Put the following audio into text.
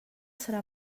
serà